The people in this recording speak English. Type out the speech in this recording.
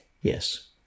Yes